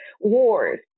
wars